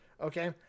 Okay